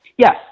Yes